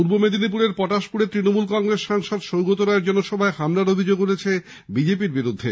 পূর্ব মেদিনীপুরের পটাশপুরে তৃণমূল কংগ্রেস সাংসদ সৌগত রায়ের জনসভায় হামলার অভিযোগ উঠল বিজেপি র বিরুদ্ধে